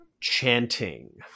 chanting